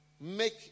make